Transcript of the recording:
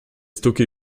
stocké